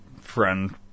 friend